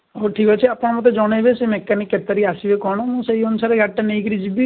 ହଉ ଠିକ୍ ଅଛି ଆପଣ ମୋତେ ଜଣାଇବେ ସେ ମେକାନିକ୍ କେତେବେଳେ ଆସିବ କ'ଣ ମୁଁ ସେଇ ଅନୁସାରେ ଗାଡ଼ିଟା ନେଇ କରି ଯିବି